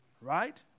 Right